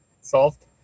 solved